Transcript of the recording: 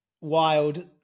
Wild